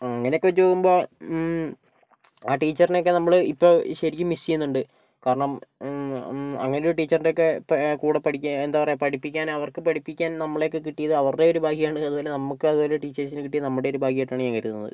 അങ്ങനെയൊക്കെ വച്ച് നോക്കുമ്പോൾ ആ ടീച്ചറിനെയൊക്കെ നമ്മള് ഇപ്പോ ശരിക്കും മിസ്സ് ചെയ്യുന്നുണ്ട് കാരണം അങ്ങനെ ഒരു ടീച്ചറിൻ്റെക്കെ കൂടെ പഠിക്കാൻ എന്താ പറയുക പഠിപ്പിക്കാനവർക്ക് പഠിപ്പിക്കാൻ നമ്മളെയൊക്കെ കിട്ടിയത് അവരുടെ ഒരു ഭാഗ്യമാണ് അതുപോലെ നമ്മുക്കതുപോലെ ടീച്ചേഴ്സിനെ കിട്ടിയത് നമ്മുടെ ഒരു ഭാഗ്യമായിട്ടാണ് ഞാൻ കരുതുന്നത്